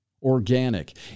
organic